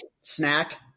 snack